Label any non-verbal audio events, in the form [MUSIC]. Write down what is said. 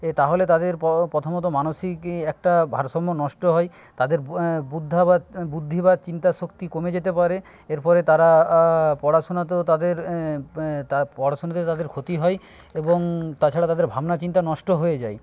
তাহলে তাদের [UNINTELLIGIBLE] প্রথমত মানসিক একটা ভারসাম্য নষ্ট হয় তাদের বুদ্ধা বা বুদ্ধি বা চিন্তাশক্তি কমে যেতে পারে এরফলে তারা পড়াশোনাতেও তাদের [UNINTELLIGIBLE] পড়াশোনাতে তাদের ক্ষতি হয় এবং তাছাড়া তাদের ভাবনা চিন্তা নষ্ট হয়ে যায়